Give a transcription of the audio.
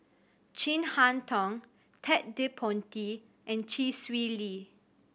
Chin Harn Tong Ted De Ponti and Chee Swee Lee